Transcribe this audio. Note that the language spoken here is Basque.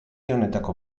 honetako